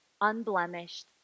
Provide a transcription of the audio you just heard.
unblemished